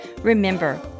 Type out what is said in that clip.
Remember